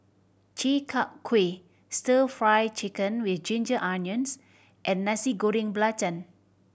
Chi Kak Kuih Stir Fry Chicken with ginger onions and Nasi Goreng Belacan